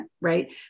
right